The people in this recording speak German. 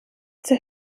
zur